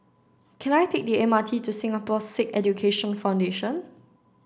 can I take the M R T to Singapore Sikh Education Foundation